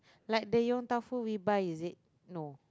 like the yong-tau-foo we buy is it no